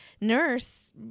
nurse